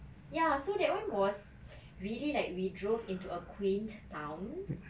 ya so that one was really like we drove into a quaint town